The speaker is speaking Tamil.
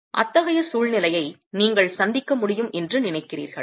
அத்தகைய சூழ்நிலையை நீங்கள் சந்திக்க முடியும் என்று நினைக்கிறீர்களா